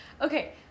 Okay